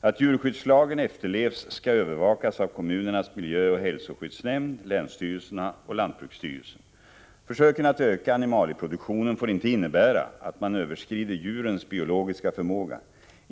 Att djurskyddslagen efterlevs skall övervakas av kommunernas miljöoch hälsoskyddsnämnd, länsstyrelserna och lantbruksstyrelsen. Försöken att öka animalieproduktionen får inte innebära att man överskrider djurens biologiska förmåga.